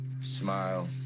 smile